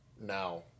now